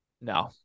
No